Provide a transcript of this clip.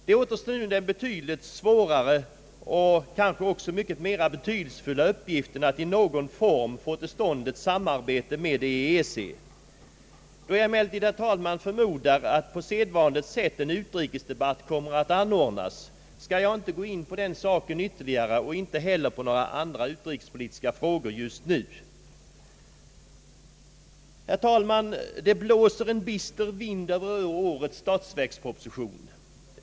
Det återstår nu den betydligt svårare och kanske också mera betydelsefulla uppgiften att i någon form få till stånd ett samarbete med EEC. Då jag emellertid, herr talman, förmodar att på sedvanligt sätt en utrikesdebatt kommer att anordnas, skall jag inte gå in på den saken ytterligare och inte heller på andra utrikespolitiska frågor just nu. Herr talman! Det blåser en bister vind över årets statsverksproposition.